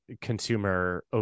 consumer